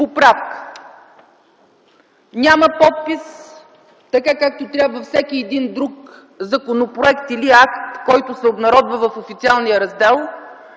Няма подпис, както трябва за всеки един друг законопроект или акт, който се обнародва в официалния раздел